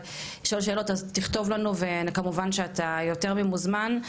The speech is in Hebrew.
אבל לשאול שאלות תכתוב לנו וכמובן שאתה יותר ממוזמן,